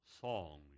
song